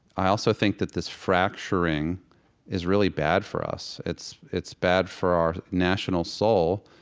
i also think that this fracturing is really bad for us. it's it's bad for our national soul,